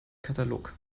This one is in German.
katalog